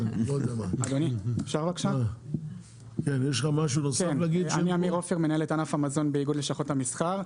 אני מנהל את ענף המזון באיגוד לשכות המסחר.